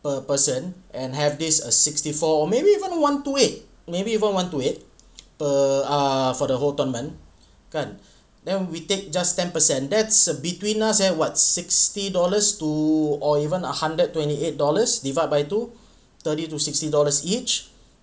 per person and have this a sixty four or maybe even one two eight maybe even one two eight per ah for the whole tournament kan then we take just ten percent that's uh between us and what sixty dollars to or even a hundred twenty eight dollars divide by two thirty to sixty dollars each